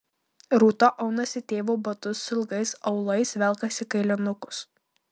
rūta aunasi tėvo batus su ilgais aulais velkasi kailinukus